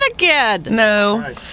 No